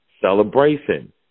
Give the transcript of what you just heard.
celebration